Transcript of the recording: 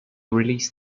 released